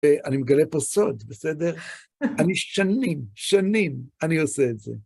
אני מגלה פה סוד, בסדר? אני שנים, שנים, אני עושה את זה.